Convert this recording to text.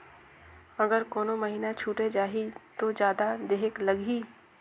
अगर कोनो महीना छुटे जाही तो जादा देहेक लगही?